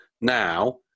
now